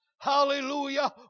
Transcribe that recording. Hallelujah